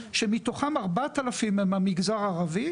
שמתוכם 4,000 הם מהמגזר הערבי,